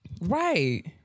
Right